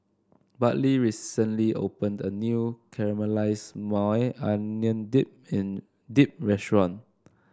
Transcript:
Bartley recently opened a new Caramelized Maui Onion Dip and Dip restaurant